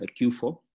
Q4